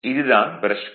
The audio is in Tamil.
இது தான் ப்ரஷ்கள்